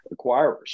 acquirers